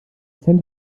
dozent